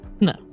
No